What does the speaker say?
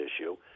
issue